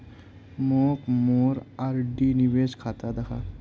मोक मोर आर.डी निवेश खाता दखा